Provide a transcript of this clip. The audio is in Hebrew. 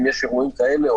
אם יש אירועים כאלה,